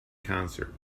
concert